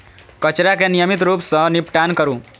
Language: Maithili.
कचरा के नियमित रूप सं निपटान करू